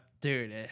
Dude